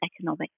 economic